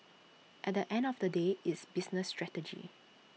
at the end of the day it's business strategy